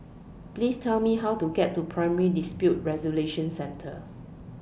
Please Tell Me How to get to Primary Dispute Resolution Centre